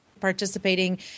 participating